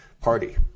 party